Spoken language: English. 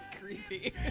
creepy